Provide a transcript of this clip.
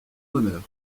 honneur